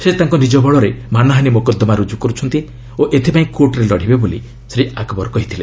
ସେ ତାଙ୍କ ନିଜ ବଳରେ ମାନହାନୀ ମୋକଦ୍ଦମା ରୁଜୁ କରୁଛନ୍ତି ଓ ଏଥିପାଇଁ କୋର୍ଟରେ ଲଢ଼ିବେ ବୋଲି ଶ୍ରୀ ଆକବର୍ କହିଥିଲେ